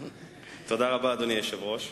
תודה רבה, אדוני היושב-ראש.